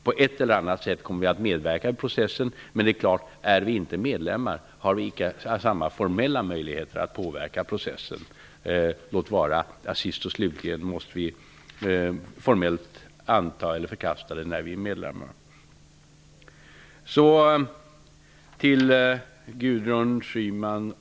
På ett eller annat sätt kommer vi alltså att medverka i processen, men om vi inte är medlemmar har vi icke samma formella möjligheter att påverka processen -- låt vara att vi sist och slutligen formellt måste anta eller förkasta förslag när vi är medlemmar.